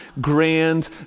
grand